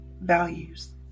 values